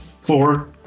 Four